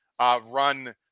run